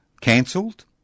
cancelled